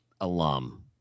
alum